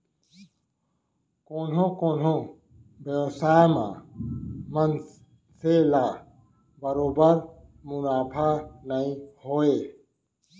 कोनो कोनो बेवसाय म मनसे ल बरोबर मुनाफा नइ होवय